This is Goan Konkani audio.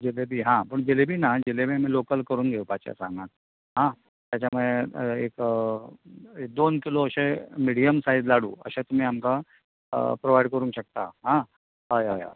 जेलेबी हां पूण जेलेबी ना जेलेबी आमी लोकल करून घेवपाची आसा हांगाच आं ताच्या मुळे एक दोन किलो अशे मिडयम सायज लाडू अशे तुमी आमकां प्रोवायड करूंक शकता आं हय हय हय